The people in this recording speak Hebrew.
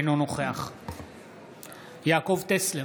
אינו נוכח יעקב טסלר,